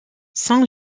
saint